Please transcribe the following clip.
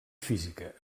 física